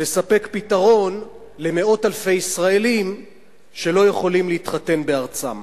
לספק פתרון למאות אלפי ישראלים שלא יכולים להתחתן בארצם.